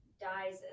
dies